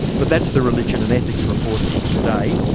but that's the religion and ethics report for today.